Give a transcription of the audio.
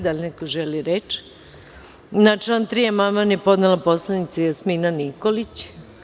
Da li neko želi reč? (Ne.) Na član 3. amandman je podnela poslanica Jasmina Nikolić.